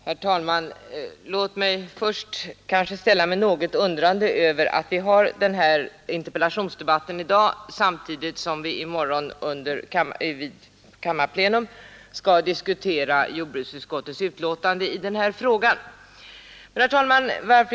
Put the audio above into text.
Herr talman! Först kanske jag får ställa mig något undrande över att vi för den här interpellationsdebatten i dag, eftersom vi i morgon under kammarplenum skall diskutera jordbruksutskottets betänkande i frågan. Herr talman!